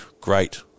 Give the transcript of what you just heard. great